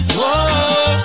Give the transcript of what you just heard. Whoa